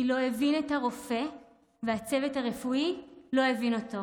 כי לא הבין את הרופא והצוות הרפואי לא הבין אותו,